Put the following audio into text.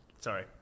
sorry